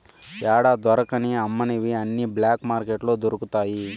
యాడా దొరకని అమ్మనివి అన్ని బ్లాక్ మార్కెట్లో దొరుకుతాయి